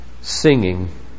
singing